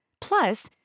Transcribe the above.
Plus